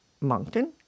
Moncton